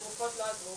התרופות לא עזרו,